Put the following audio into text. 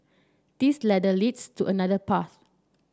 this ladder leads to another path